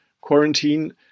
quarantine